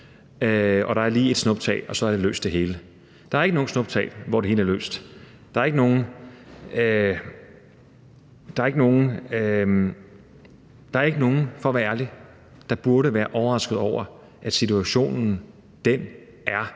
Der er lige et snuptag, og så er det hele løst. Men der er ikke nogen snuptag, hvor det hele er løst. Der er for at være ærlig ikke nogen, der burde være overrasket over, at situationen er